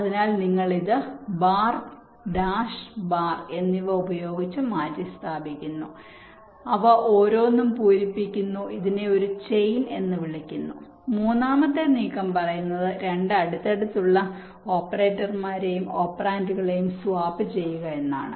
അതിനാൽ ഇത് നിങ്ങൾ ബാർ ഡാഷ് ബാർ എന്നിവ ഉപയോഗിച്ച് മാറ്റിസ്ഥാപിക്കുന്നു അവ ഓരോന്നും പൂരിപ്പിക്കുന്നു ഇതിനെ ഒരു ചെയിൻ എന്ന് വിളിക്കുന്നു മൂന്നാമത്തെ നീക്കം പറയുന്നത് രണ്ട് അടുത്തുള്ള ഓപ്പറേറ്റർമാരെയും ഓപ്പറാൻഡുകളെയും സ്വാപ്പ് ചെയ്യുക എന്നാണ്